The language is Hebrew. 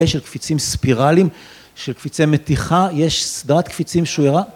של קפיצים ספירלים, של קפיצי מתיחה, יש סדרת קפיצים שהוא הראה